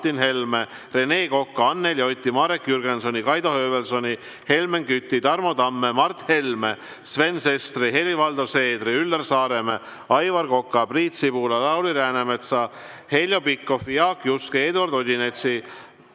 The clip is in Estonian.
Rene Koka, Anneli Oti, Marek Jürgensoni, Kaido Höövelsoni, Helmen Küti, Tarmo Tamme, Mart Helme, Sven Sestri, Helir-Valdor Seedri, Üllar Saaremäe, Aivar Koka, Priit Sibula, Lauri Läänemetsa, Heljo Pikhofi, Jaak Juske, Eduard Odinetsi,